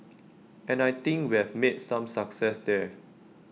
and I think we've made some success there